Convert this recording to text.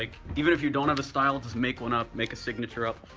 like even if you don't have a style, just make one up, make a signature up,